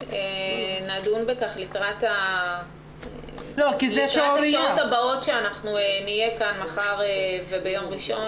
נדון בכך לקראת השעות הבאות שנהיה כאן מחר וביום ראשון,